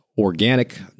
Organic